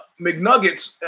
McNuggets